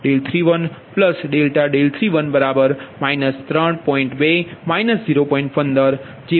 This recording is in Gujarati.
16 ડિગ્રી બરાબર છે